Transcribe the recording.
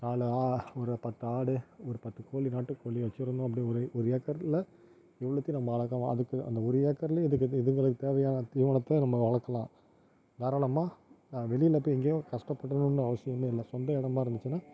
நாலு ஆ ஒரு பத்து ஆடு ஒரு பத்து கோழி நாட்டுக்கோழி வெச்சுருந்தோம் அப்டேயே ஒரே ஒரு ஏக்கர் இல்லை இவ்ளோத்தையும் நம்ம அழகாக வா அதுக்கு அந்த ஒரு ஏக்கரில் இதுக்கு இது இதுங்களுக்கு தேவையான தீவனத்தை நம்ம வளக்கலாம் தாராளமா நா வெளில போய் எங்கேயோ கஷ்டப்படணும்னு அவசியமே இல்லை சொந்த இடமா இருந்துச்சுனா